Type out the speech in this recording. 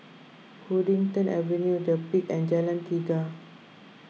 Huddington Avenue the Peak and Jalan Tiga